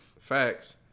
Facts